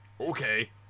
Okay